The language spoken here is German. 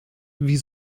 wie